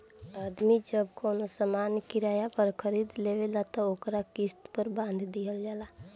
आदमी जब कवनो सामान किराया पर खरीद लेवेला त ओकर किस्त पर बांध दिहल जाला